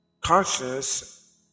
consciousness